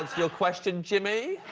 your question jimmy.